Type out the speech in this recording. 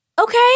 okay